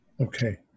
Okay